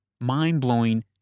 mind-blowing